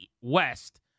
West